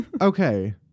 Okay